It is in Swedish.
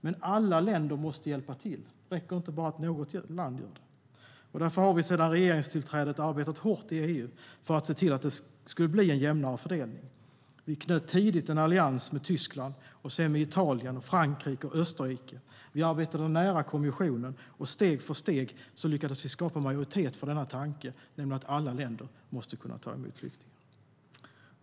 Men alla länder måste hjälpa till. Det räcker inte att bara något land gör det. Därför har vi sedan regeringstillträdet arbetat hårt i EU för en jämnare fördelning. Vi knöt tidigt en allians med Tyskland, sedan med Italien, Frankrike och Österrike. Vi arbetade nära kommissionen, och steg för steg lyckades vi skapa majoritet för tanken att alla länder måste kunna ta emot flyktingar.